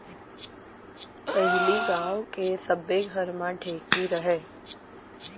पहिली गांव के सब्बे घर म ढेंकी रहय